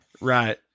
right